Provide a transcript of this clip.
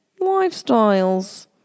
Lifestyles